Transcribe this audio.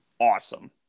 awesome